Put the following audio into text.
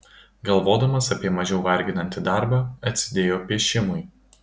galvodamas apie mažiau varginantį darbą atsidėjo piešimui